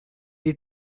est